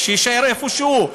שיישאר איפה שהוא.